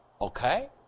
Okay